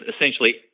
essentially